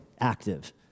Active